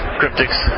cryptics